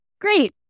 Great